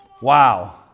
Wow